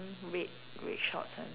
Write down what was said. mm red red shorts one